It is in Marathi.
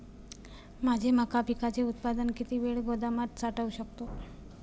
माझे मका पिकाचे उत्पादन किती वेळ गोदामात साठवू शकतो?